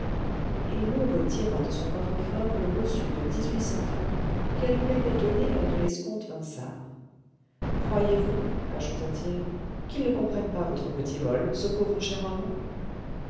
et lheureux tira de son coffre-fort le reçu de dix-huit cents francs qu'elle lui avait donné lors de l'escompte vinçart croyez-vous ajouta-t-il qu'il ne comprenne pas votre petit vol ce pauvre cher homme